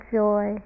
joy